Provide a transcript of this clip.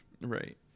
Right